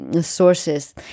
sources